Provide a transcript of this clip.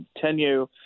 continue